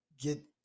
get